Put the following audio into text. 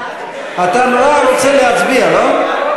אתה נורא רוצה להצביע, לא?